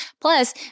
Plus